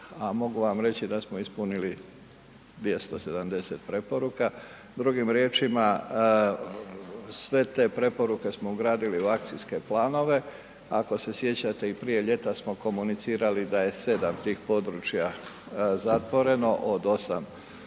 mogu vam reći da smo ispunili 270 preporuka, drugim riječima, sve te preporuke smo ugradili u akcijske planove, ako se sjećate i prije ljeta smo komunicirali da je 7 tih područja zatvoreno od 8